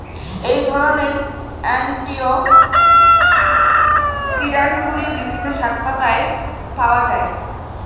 এই ধরনের অ্যান্টিঅক্সিড্যান্টগুলি বিভিন্ন শাকপাতায় পাওয়া য়ায়